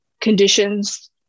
conditions